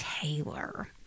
Taylor